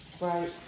Right